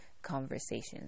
conversations